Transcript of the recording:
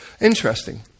Interesting